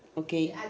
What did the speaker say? okay